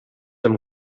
amb